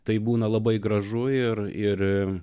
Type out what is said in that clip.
tai būna labai gražu ir ir